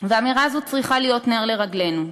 ואמירה זו צריכה להיות נר לרגלינו,